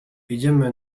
jedziemy